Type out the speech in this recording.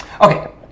Okay